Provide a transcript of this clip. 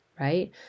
right